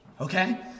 Okay